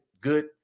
good